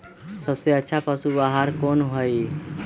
सबसे अच्छा पशु आहार कोन हई?